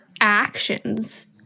actions